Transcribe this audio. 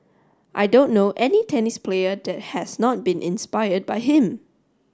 I don't know any tennis player that has not been inspired by him